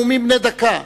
אלה נאומים בני דקה.